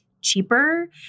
cheaper